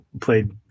played